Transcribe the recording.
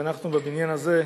ואנחנו בבניין הזה,